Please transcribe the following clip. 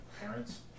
Parents